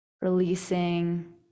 Releasing